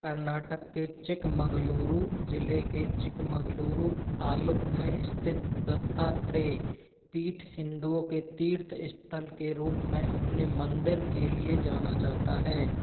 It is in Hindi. कर्नाटक के चिकमगलुरु ज़िले के चिकमगलुरु ताल्लुक में स्थित दत्तात्रेय पीठ हिंदुओं के तीर्थ स्थल के रूप में अपने मंदिर के लिए जाना जाता है